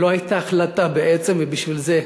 לא הייתה החלטה בעצם,